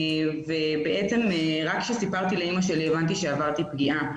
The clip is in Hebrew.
ובעצם רק כשסיפרתי לאימא שלי הבנתי שעברתי פגיעה.